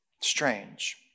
Strange